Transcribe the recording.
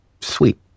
Sweet